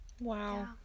Wow